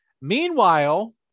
meanwhile